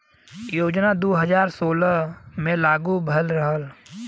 योजना दू हज़ार सोलह मे लागू भयल रहल